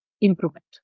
improvement